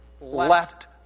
left